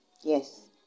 yes